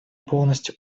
полностью